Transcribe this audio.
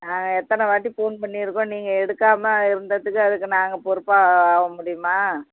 ஆ எத்தனை வாட்டி ஃபோன் பண்ணியிருக்கோம் நீங்கள் எடுக்காமல் இருந்ததுக்கு அதுக்கு நாங்கள் பொறுப்பாக ஆக முடியுமா